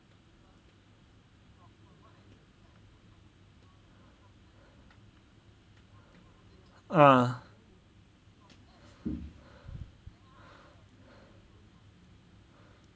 ah